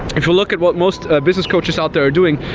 if you look at what most business coaches out there are doing,